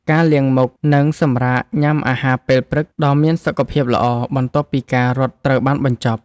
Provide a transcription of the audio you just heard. ការលាងមុខ និងសម្រាកញ៉ាំអាហារពេលព្រឹកដ៏មានសុខភាពល្អ បន្ទាប់ពីការរត់ត្រូវបានបញ្ចប់។